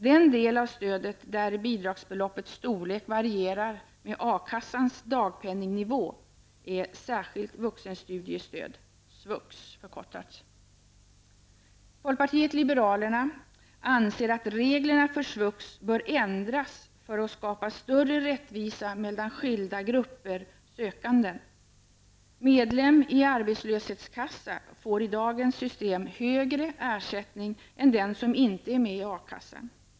Den del av stödet där bidragsbeloppets storlek varierar med bör ändras för att skapa större rättvisa mellan skilda grupper sökande. Medlem i arbetslöshetskassa får i dagens system högre ersättning än den som inte är med i A-kassan.